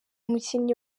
umukinnyi